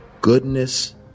goodness